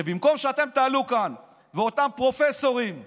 במקום שאתם תעלו כאן, ואותם פרופסורים צבועים,